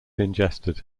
ingested